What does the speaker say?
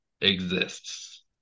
exists